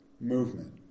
movement